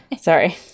Sorry